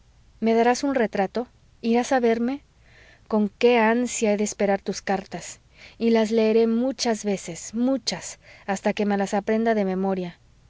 me darás tu retrato irás a verme con qué ansia he de esperar tus cartas y las leeré muchas veces muchas hasta que me las aprenda de memoria